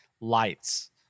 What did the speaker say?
lights